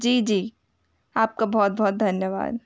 जी जी आपका बहुत बहुत धन्यवाद